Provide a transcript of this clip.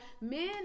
men